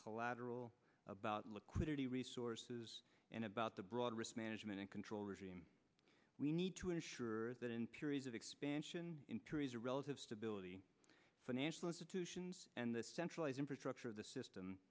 collateral about liquidity resources and about the broader risk management and control regime we need to ensure that in periods of expansion is a relative stability financial institutions and the centralized infrastructure of the system